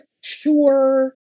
sure